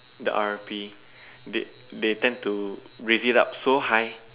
the R_P they they tend to raise it up so high